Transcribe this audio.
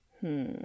Hmm